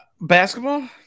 Basketball